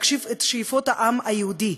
להגשים את שאיפות העם היהודי,